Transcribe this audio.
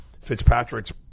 Fitzpatrick's